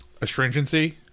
astringency